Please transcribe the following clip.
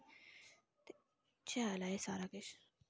ते शैल ऐ एह् सारा किश